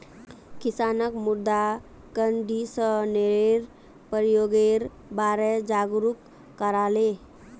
किसानक मृदा कंडीशनरेर प्रयोगेर बारे जागरूक कराले